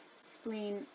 spleen